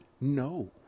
No